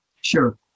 Sure